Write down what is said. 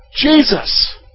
Jesus